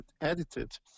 edited